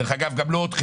דרך אגב, גם לא אתכם.